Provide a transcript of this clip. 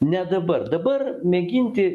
ne dabar dabar mėginti